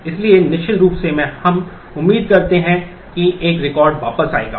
इसलिए निश्चित रूप से हम उम्मीद करते हैं कि एक रिकॉर्ड वापस आएगा